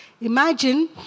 Imagine